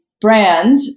brand